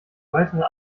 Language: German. weitere